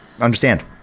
Understand